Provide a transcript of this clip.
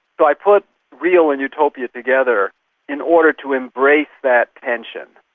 but i put real and utopia together in order to embrace that tension,